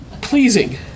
pleasing